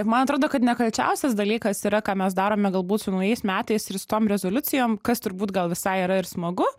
man atrodo kad nekalčiausias dalykas yra ką mes darome galbūt su naujais metais ir su tom rezoliucijom kas turbūt gal visai yra ir smagu